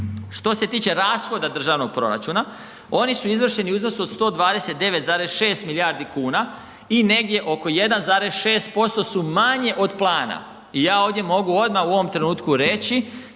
Što se tiče rashoda državnog proračuna, oni su izvršeni u iznosu od 129,6 milijardi kuna i negdje oko 1,6% su manje od plana i ja ovdje mogu odma u ovom trenutku reći,